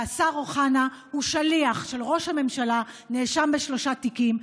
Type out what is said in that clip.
והשר אוחנה הוא שליח של ראש הממשלה שנאשם בשלושה תיקים.